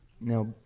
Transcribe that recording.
Now